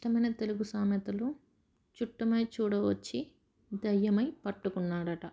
ఇష్టమైన తెలుగు సామెతలు చుట్టమై చూడవచ్చి దయ్యమై పట్టుకున్నాడట